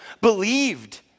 believed